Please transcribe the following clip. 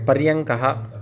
पर्यङ्कः